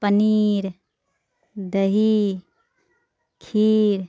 پنیر دہی کھیر